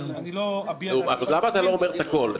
אבל אני לא אביע --- אבל למה אתה לא אומר את הכול?